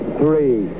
three